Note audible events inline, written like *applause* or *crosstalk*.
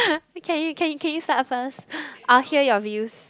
*noise* can you can you can you start first I will hear your views